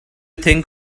think